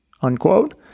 unquote